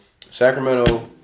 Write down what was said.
Sacramento